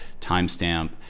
timestamp